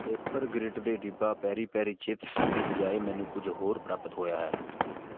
Papergrid ਦੇ ਡਿਬਿਹਾ peri peri chips ਦੀ ਬਜਾਏ ਮੈਨੂੰ ਕੁਛ ਹੋਰ ਪ੍ਰਾਪਤ ਹੋਇਆ ਹੈ